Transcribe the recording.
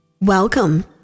Welcome